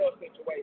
situation